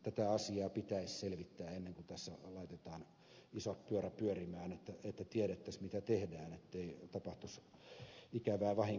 tätä asiaa pitäisi selvittää ennen kuin tässä laitetaan isot pyörät pyörimään jotta tiedettäisiin mitä tehdään ettei tapahtuisi ikävää vahinkoa